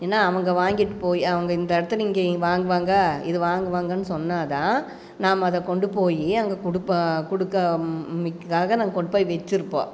ஏன்னா அவங்க வாங்கிட்டு போய் அவங்க இந்த இடத்துல இங்கே வாங்குவாங்க இதை வாங்குவாங்கன்னு சொன்னால் தான் நாம் அதை கொண்டு போய் அங்கே கொடுப்போம் கொடுக்க அங்க கொண்டு போய் வைச்சிருப்போம்